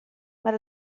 mar